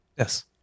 Yes